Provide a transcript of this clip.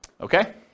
Okay